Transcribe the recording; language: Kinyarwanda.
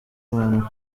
abantu